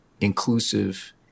inclusive